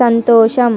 సంతోషం